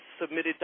submitted